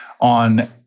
on